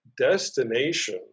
destination